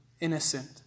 innocent